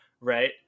right